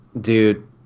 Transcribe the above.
Dude